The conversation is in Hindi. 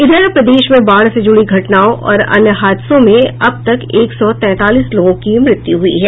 इधर प्रदेश में बाढ़ से जुड़ी घटनाओं और अन्य हादसों में अब तक एक सौ तैंतालीस लोगों की मृत्यु हुई है